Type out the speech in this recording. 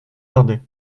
tarder